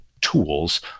tools